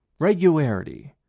regularity,